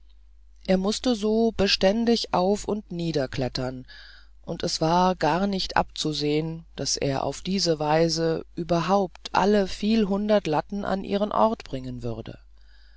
er mußte so beständig auf und niederklettern und es war garnicht abzusehen daß er auf diese weise überhaupt jemals alle vielhundert latten an ihren ort bringen würde